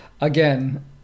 Again